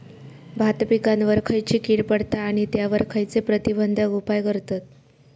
भात पिकांवर खैयची कीड पडता आणि त्यावर खैयचे प्रतिबंधक उपाय करतत?